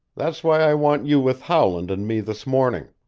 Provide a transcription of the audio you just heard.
that's why i want you with howland and me this morning.